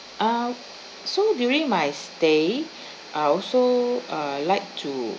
uh so during my stay I also uh like to